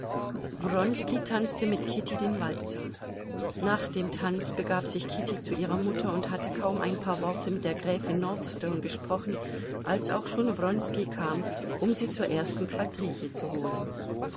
tanzte mit kitty den walzer nach dem tanz begab sich kitty zu ihrer mutter und hatte kaum ein paar worte mit der gräfin northstone gesprochen als auch schon wronski kam um sie zur ersten quadrille zu holen